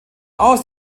aus